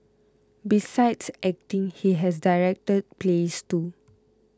besides acting he has directed plays too